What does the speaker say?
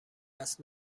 است